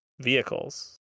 vehicles